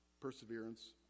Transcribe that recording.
perseverance